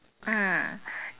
mm